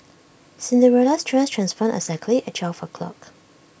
Cinderella's dress transformed exactly at twelve o'clock